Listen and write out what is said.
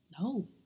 No